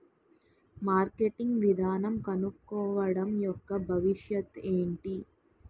Marketing విధానం కనుక్కోవడం యెక్క భవిష్యత్ ఏంటి?